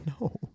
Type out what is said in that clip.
no